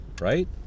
right